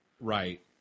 Right